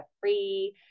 free